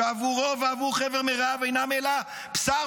שעבורו ועבור חבר מרעיו אינם אלא בשר